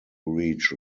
reach